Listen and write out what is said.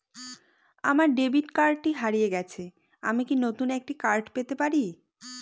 আমার ডেবিট কার্ডটি হারিয়ে গেছে আমি কি নতুন একটি কার্ড পেতে পারি?